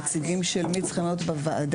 נציגים של מי צריכים להיות בוועדה,